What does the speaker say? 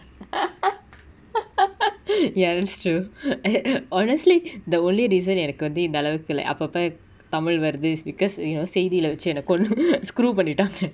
ya that's true eh ah honestly the only reason எனக்கு வந்து இந்த அளவுக்கு:enaku vanthu intha alavuku like அப்பப்ப:appapa tamil வருது:varuthu is because you know செய்தில வச்சு என்ன கொள்ளு:seithila vachu enna kollu scrod~ பண்ணிடாங்க:pannitanga